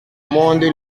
monde